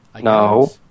No